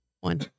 one